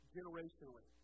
Generationally